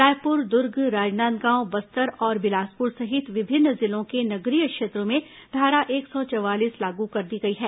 रायपुर दुर्ग राजनांदगांव बस्तर और बिलासपुर सहित विभिन्न जिलों के नगरीय क्षेत्रों में धारा एक सौ चवालीस लागू कर दी गई है